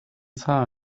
zahlen